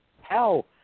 Hell